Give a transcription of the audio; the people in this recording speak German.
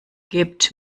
gebt